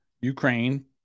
Ukraine